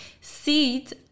seat